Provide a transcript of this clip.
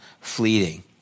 fleeting